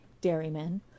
dairymen